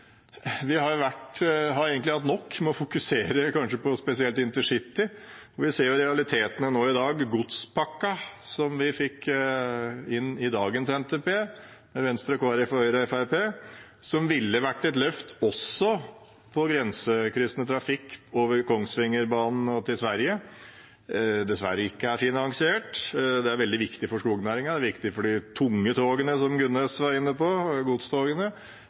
vi egentlig har hatt nok med å fokusere på kanskje spesielt intercity. Vi ser realitetene nå i dag. Godspakken vi fikk inn i dagens NTP – Venstre, Kristelig Folkeparti, Høyre og Fremskrittspartiet – ville vært et løft også for grensekryssende trafikk over Kongsvingerbanen og til Sverige, men er dessverre ikke finansiert. Det er veldig viktig for skognæringen, det er viktig for de tunge togene, som Gunnes var inne på, godstogene.